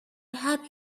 had